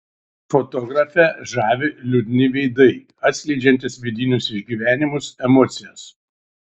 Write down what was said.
fotografę žavi liūdni veidai atskleidžiantys vidinius išgyvenimus emocijas